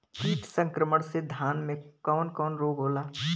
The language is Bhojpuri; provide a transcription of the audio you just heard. कीट संक्रमण से धान में कवन कवन रोग होला?